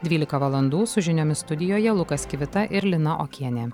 dvylika valandų su žiniomis studijoje lukas kivita ir lina okienė